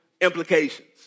implications